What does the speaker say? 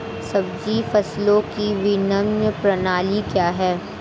सब्जी फसलों की विपणन प्रणाली क्या है?